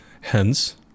hence